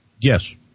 yes